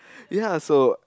ya so